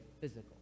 physical